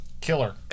killer